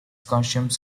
costumes